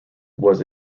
was